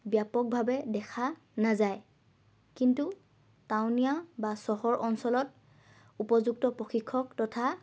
ব্যাপকভাৱে দেখা নাযায় কিন্তু টাউনীয়া বা চহৰ অঞ্চলত উপযুক্ত প্ৰশিক্ষক তথা